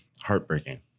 heartbreaking